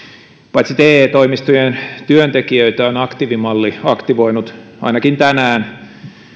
paitsi te toimistojen työntekijöitä on aktiivimalli aktivoinut ainakin tänään